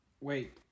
Wait